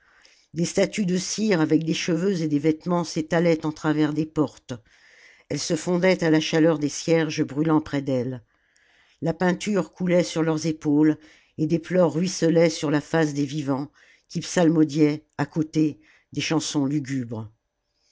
des statues de cire avec des cheveux o et des vêtements s'étalaient en travers des portes elles se fondaient à la chaleur des cierges brûlant près d'elles la peinture coulait sur leurs épaules et des pleurs ruisselaient sur la face des vivants qui psalmodiaient à côté des chansons lugubres